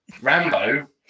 Rambo